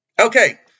Okay